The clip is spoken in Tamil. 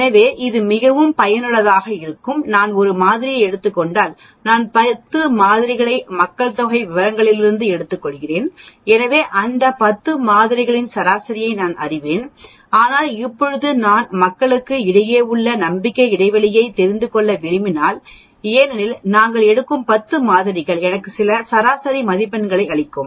எனவே இது மிகவும் பயனுள்ளதாக இருக்கும் நான் ஒரு மாதிரியை எடுத்துக்கொண்டால் நான் 10 மாதிரிகளை மக்கள் தொகை விவரங்களிலிருந்து எடுத்துக் கொள்கிறேன் எனவே அந்த 10 மாதிரிகளின் சராசரியை நான் அறிவேன் ஆனால் இப்போது நான்மக்களுக்கு இடையே உள்ள நம்பிக்கை இடைவெளியை தெரிந்து கொள்ள விரும்புகிறேன் ஏனெனில் நாங்கள் எடுக்கும் 10 மாதிரிகள் எனக்கு சில சராசரி மதிப்பெண்ணை அளிக்கும்